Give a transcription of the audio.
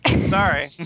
Sorry